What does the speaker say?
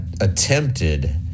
attempted